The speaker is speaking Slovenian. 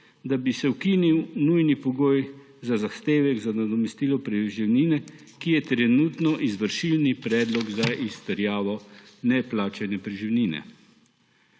da bi se ukinil nujni pogoj za zahtevek za nadomestilo preživnine, ki je trenutno izvršilni predlog za izterjavo neplačane preživnine.